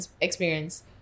experience